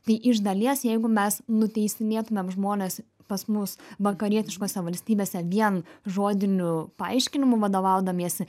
tai iš dalies jeigu mes nuteisinėtumėm žmones pas mus vakarietiškose valstybėse vien žodiniu paaiškinimu vadovaudamiesi